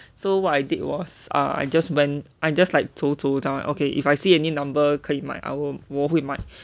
so what I did was ah I just went I just like 走走这样啊 okay if I see any number 可以买 I'll 我会买啊